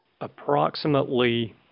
approximately